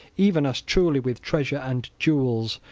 even as truly, with treasure and jewels,